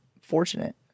fortunate